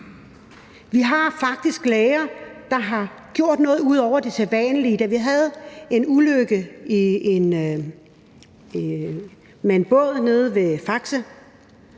Vi har faktisk læger, der har gjort noget ud over det sædvanlige. Da vi havde en ulykke med en båd nede ved Faxe,